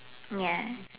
ya